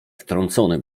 wtrącony